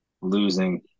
Losing